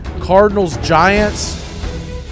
Cardinals-Giants